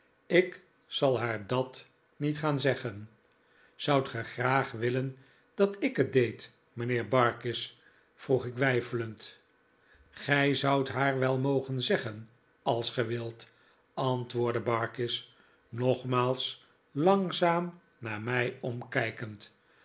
k zal haar dat niet gaan zeggen zoudt ge graag willen dat ik het deed mijnheer barkis vroeg ik weifelend gij zoudt haar wel mogen zeggen als ge wilt antwoordde barkis nogmaals langzaam naar mij omkijkend